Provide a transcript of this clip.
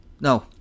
No